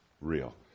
real